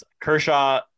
Kershaw